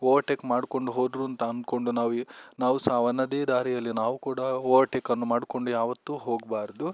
overtake ಮಾಡಿಕೊಂಡು ಹೋದರು ಅಂತ ಅಂದ್ಕೊಂಡು ನಾವು ಏ ನಾವು ಸಹ ಅವನದೇ ದಾರಿಯಲ್ಲಿ ನಾವು ಕೂಡ ಓವರ್ಟೇಕನ್ನು ಮಾಡಿಕೊಂಡು ಯಾವತ್ತೂ ಹೋಗಬಾರ್ದು